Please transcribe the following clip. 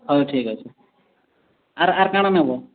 ହଉ ଠିକ୍ ଅଛେ ଆର୍ ଆର୍ କାଣା ନେବ